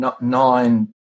nine